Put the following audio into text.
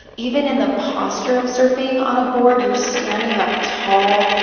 even in the posture of surfing on a board you are standing up tall,